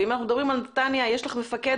ואם אנחנו מדברים על נתניה יש לך מפקדת,